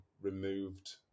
removed